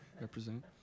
represent